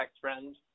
friend